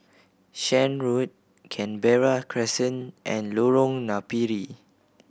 Shan Road Canberra Crescent and Lorong Napiri